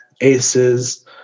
aces